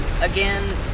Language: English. again